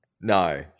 No